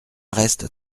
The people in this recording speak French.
reste